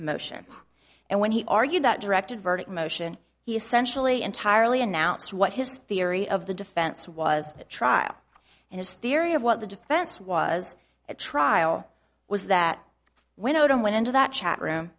motion and when he argued that directed verdict motion he essentially entirely announce what his theory of the defense was at trial and his theory of what the defense was at trial was that when odom went into that chat room